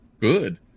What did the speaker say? good